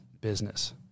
business